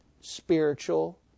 spiritual